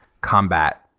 combat